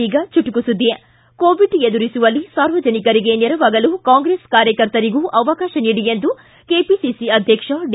ಈಗ ಚುಟುಕು ಸುದ್ದಿ ಕೋವಿಡ್ ಎದುರಿಸುವಲ್ಲಿ ಸಾರ್ವಜನಿಕರಿಗೆ ನೆರವಾಗಲು ಕಾಂಗ್ರೆಸ್ ಕಾರ್ಯಕರ್ತರಿಗೂ ಅವಕಾಶ ನೀಡಿ ಎಂದು ಕೆಪಿಸಿಸಿ ಅಧ್ವಕ್ಷ ಡಿ